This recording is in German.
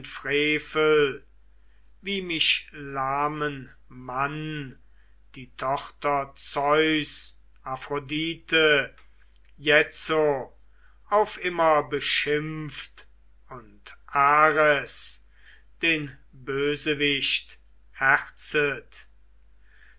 frevel wie mich lahmen mann die tochter zeus aphrodite jetzo auf immer beschimpft und ares den bösewicht